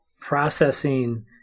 processing